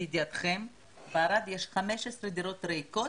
לידיעתכם, בערד יש 15 דירות ריקות,